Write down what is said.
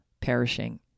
perishing